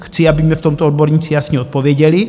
Chci, aby mně v tomto odborníci jasně odpověděli.